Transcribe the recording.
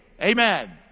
Amen